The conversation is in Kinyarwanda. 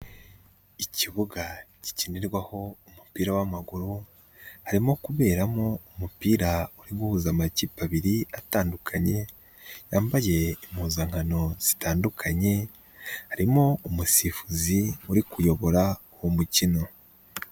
Ikibuga gikinirwaho umupira w'amaguru, harimo kuberamo umupira uhuhuza amakipe abiri atandukanye, yambaye impuzankano zitandukanye, harimo umusifuzi uri kuyobora uwo mukino.